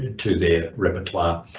to their repertoire